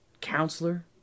counselor